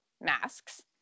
masks